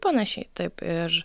panašiai taip ir